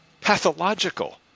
pathological